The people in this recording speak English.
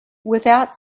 without